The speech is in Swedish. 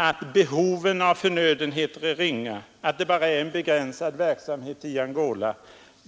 att behovet av förnödenheter är ringa samt att FNLA bara har en begränsad verksamhet i Angola.